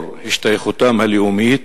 לאור השתייכותם הלאומית,